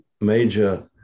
major